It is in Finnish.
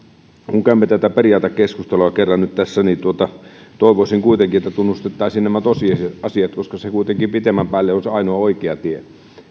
kun kerran käymme tätä periaatekeskustelua nyt tässä että tunnustettaisiin kuitenkin nämä tosiasiat koska se kuitenkin pitemmän päälle on se ainoa oikea tie